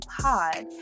pod